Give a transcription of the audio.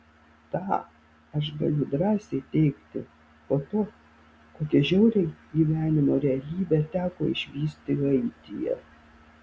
tą aš galiu drąsiai teigti po to kokią žiaurią gyvenimo realybę teko išvysti haityje